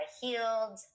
healed